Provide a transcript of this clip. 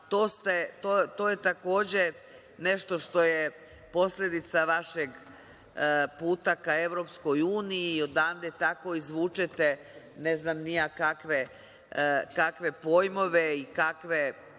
To je takođe nešto što je posledica vašeg puta ka EU i odande tako izvučete ne znam ni ja kakve pojmove i kakva